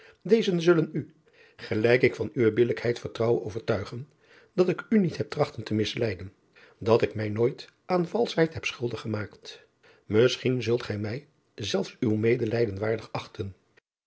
deze zullen u gelijk ik van uwe billijkheid vertrouwe overtuigen dat ik u niet heb trachten te misleiden dat ik mij nooit aan valschheid heb schuldig gemaakt isschien zult gij mij zelfs uw medelijden waardig achten